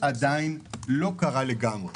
עדיין לא קרה לגמרי.